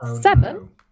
Seven